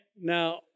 Now